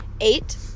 Eight